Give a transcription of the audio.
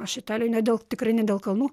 aš italijoj ne dėl tikrai ne dėl kalnų